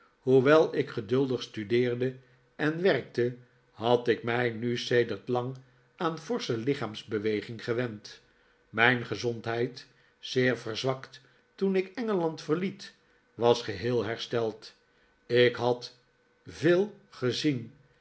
hoewel ik geduldig studeerde en werkte had ik mij nu sedert lang aan forsche lichaamsbeweging gewend mijn gezondheid zeer verzwakt toen ik engeland verliet was geheel hersteld ik had veel gezien